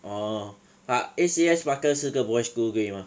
orh but A_C_S barker 是个 boys' school 对吗